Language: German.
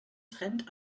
trend